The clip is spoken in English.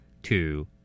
Two